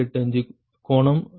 885 கோணம் 116